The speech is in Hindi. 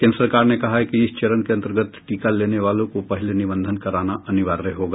केन्द्र सरकार ने कहा है कि इस चरण के अन्तर्गत टीका लेने वालों को पहले निबंधन कराना अनिवार्य होगा